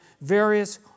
various